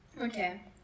Okay